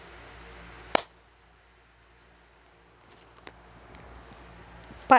part